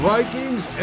Vikings